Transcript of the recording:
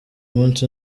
munsi